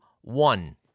one